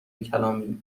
کلامی